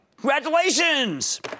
Congratulations